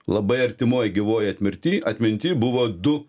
labai artimoj gyvoj atmirty atminty buvo du